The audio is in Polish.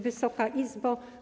Wysoka Izbo!